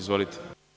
Izvolite.